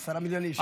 10 מיליון איש.